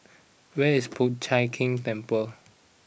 where is Po Chiak Keng Temple